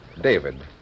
David